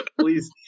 Please